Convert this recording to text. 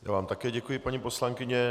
Já vám také děkuji, paní poslankyně.